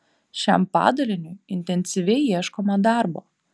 šiam padaliniui intensyviai ieškoma darbo